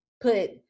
put